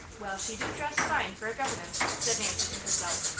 well, she do dress fine for a governess, said nancy to herself.